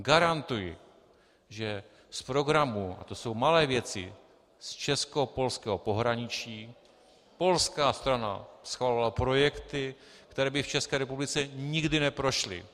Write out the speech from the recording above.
Garantuji, že z programu, a to jsou malé věci, z českopolského pohraničí polská strana schvalovala projekty, které by v České republice nikdy neprošly.